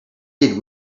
did